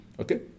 okay